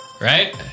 right